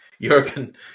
Jurgen